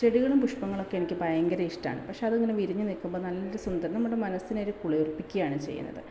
ചെടികളും പുഷ്പ്പങ്ങളുമൊക്കെ എനിക്ക് ഭയങ്കര ഇഷ്ടമാണ് പക്ഷേ അതിങ്ങനെ വിരിഞ്ഞ് നിൽക്കുമ്പോൾ നല്ലൊരു സുഗന്ധം നമ്മുടെ മനസ്സിനെ കുളിർപ്പിക്കുകയാണ് ചെയ്യുന്നത്